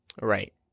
Right